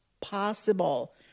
possible